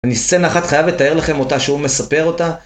אני סצנה אחת חייב לתאר לכם אותה שהוא מספר אותה.